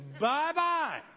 Bye-bye